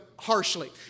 Harshly